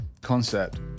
concept